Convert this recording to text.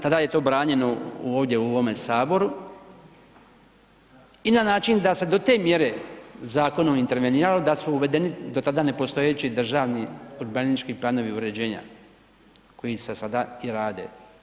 Tada je to branjeno ovdje u ovome Saboru i na način da se to te mjere zakonom interveniralo da su uvedeni do tada ne postojeći državni urbanistički planovi uređenja koji se sada i rade.